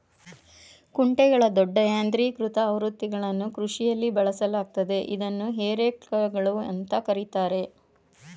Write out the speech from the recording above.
ಕುಂಟೆಗಳ ದೊಡ್ಡ ಯಾಂತ್ರೀಕೃತ ಆವೃತ್ತಿಗಳನ್ನು ಕೃಷಿಯಲ್ಲಿ ಬಳಸಲಾಗ್ತದೆ ಇದನ್ನು ಹೇ ರೇಕ್ಗಳು ಅಂತ ಕರೀತಾರೆ